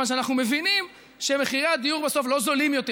מכיוון שאנחנו מבינים שמחירי הדיור בסוף לא נמוכים יותר,